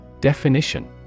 Definition